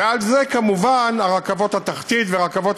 ונוסף על זה כמובן רכבות התחתית והרכבות